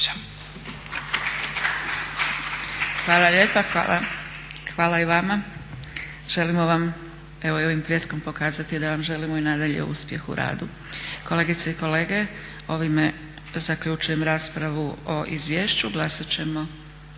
Hvala lijepa. Hvala i vama. Želimo vam evo i ovim pljeskom pokazati da vam želimo i nadalje uspjeh u radu. Kolegice i kolege ovime zaključujem raspravu o izvješću.